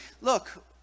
Look